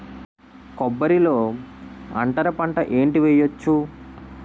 కొబ్బరి లో అంతరపంట ఏంటి వెయ్యొచ్చు?